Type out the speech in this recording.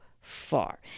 far